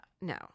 no